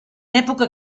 època